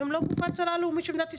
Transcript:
הם לא גוף ההצלה הלאומי של מדינת ישראל.